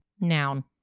Noun